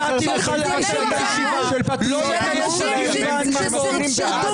הצעתי לך לבטל את הישיבה, לא לקיים את הדיון